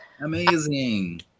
Amazing